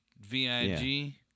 V-I-G